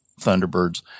Thunderbirds